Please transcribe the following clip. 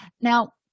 Now